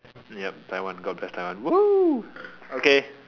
ya Taiwan God bless Taiwan okay